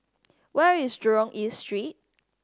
where is Jurong East Street